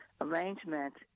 arrangement